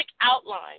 outline